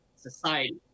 society